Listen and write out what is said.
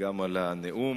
וגם על הנאום,